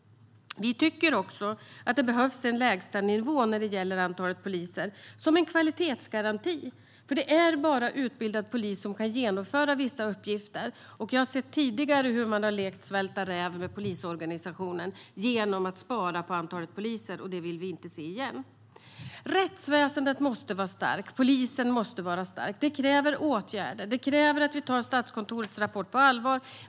Vi tycker också att det behövs en lägstanivå när det gäller antalet poliser som en kvalitetsgaranti, för det är bara utbildad polis som kan genomföra vissa uppgifter. Jag har tidigare sett hur man har lekt svälta räv med polisorganisationen genom att spara på antalet poliser, och det vill vi inte se igen. Rättsväsendet måste vara starkt. Polisen måste vara stark. Det kräver åtgärder och att vi tar Statskontorets rapport på allvar.